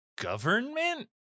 Government